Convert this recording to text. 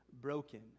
broken